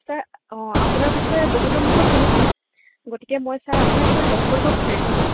sir অঁ আপোনাৰ বিষয়ে বহুতৰ মুখত শুনিছোঁ গতিকে মই ছাৰ আপোনাক এবাৰ লগ কৰিব বিচাৰিছোঁ